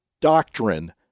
doctrine